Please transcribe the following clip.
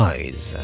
Eyes